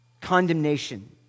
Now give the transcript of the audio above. condemnation